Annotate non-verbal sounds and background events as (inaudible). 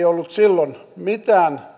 (unintelligible) ollut silloin mitään